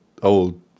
old